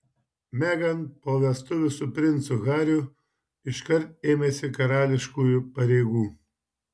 meghan po vestuvių su princu hariu iškart ėmėsi karališkųjų pareigų